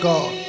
God